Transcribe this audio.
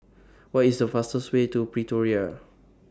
What IS The fastest Way to Pretoria